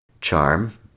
charm